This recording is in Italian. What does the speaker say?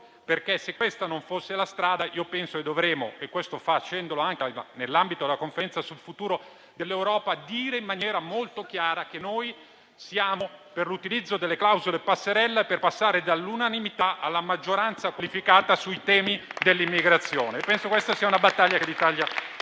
perché se questa non fosse la strada, penso che dovremo - anche nell'ambito della Conferenza sul futuro dell'Europa - dire in maniera molto chiara che noi siamo per l'utilizzo delle clausole passerella e per passare dall'unanimità alla maggioranza qualificata sui temi dell'immigrazione. Penso che questa sia una battaglia che l'Italia